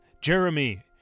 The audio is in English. Jeremy